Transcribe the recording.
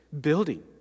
building